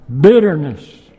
Bitterness